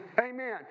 Amen